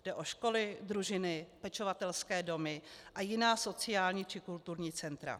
Jde o školy, družiny, pečovatelské domy a jiná sociální či kulturní centra.